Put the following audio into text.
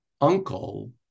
uncle